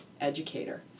educator